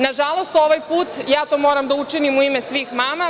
Nažalost, ovaj put ja to moram da učinim u ime svih mama.